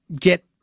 get